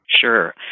Sure